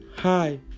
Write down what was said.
Hi